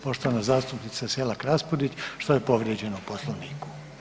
Poštovana zastupnica Selak Raspudić što je povrijeđeno u Poslovniku?